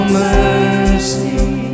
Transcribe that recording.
mercy